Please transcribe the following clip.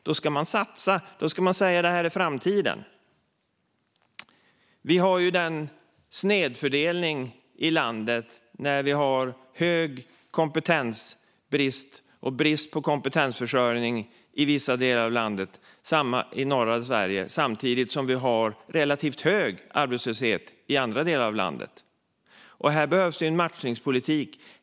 Då ska man satsa. Då ska man säga: Detta är framtiden. Vi har en snedfördelning i landet. Vi har stor kompetensbrist i vissa delar av landet, i norra Sverige, samtidigt som vi har en relativt hög arbetslöshet i andra delar av landet. Här behövs det en matchningspolitik.